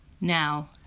Now